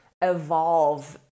evolve